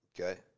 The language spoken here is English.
okay